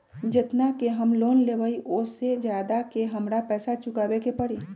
जेतना के हम लोन लेबई ओ से ज्यादा के हमरा पैसा चुकाबे के परी?